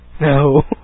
No